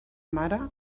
mare